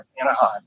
Anaheim